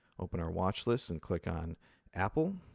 open our watchlist and click on apple.